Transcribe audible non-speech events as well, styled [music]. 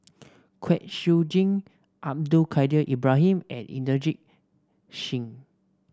Kwek Siew Jin Abdul Kadir Ibrahim and Inderjit [unintelligible]